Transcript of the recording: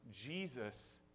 Jesus